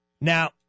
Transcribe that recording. Now